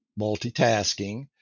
multitasking